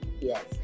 Yes